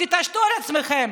תתעשתו על עצמכם.